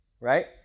right